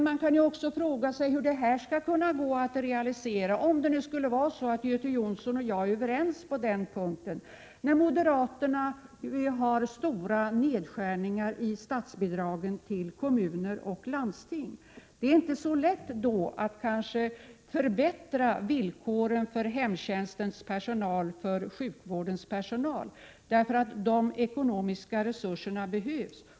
Man kan fråga sig hur det skall kunna realiseras, om Göte Jonsson och jag är överens på den punkten, när moderaterna gör stora nedskärningar i Prot. 1987/88:117 statsbidragen till kommuner och landsting. Det är då inte så lätt att förbättra 9 maj 1988 villkoren för hemtjänstens och sjukvårdens personal, eftersom de ekonomiska resurserna behövs.